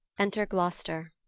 enter gloucester.